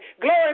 glory